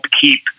keep